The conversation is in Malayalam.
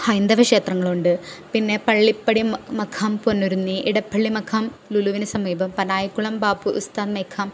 ഹൈന്ദവക്ഷേത്രങ്ങളുണ്ട് പിന്നെ പള്ളിപ്പടി മഖാം പൊന്നുരുന്നി ഇടപ്പള്ളി മഖാം ലുലുവിന് സമീപം പനായിക്കുളം ബാപ്പുസ്ഥാൻ മഖാം